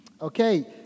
Okay